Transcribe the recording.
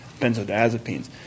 benzodiazepines